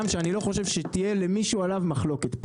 שאני לא חושב שתהיה למישהו פה מחלקות.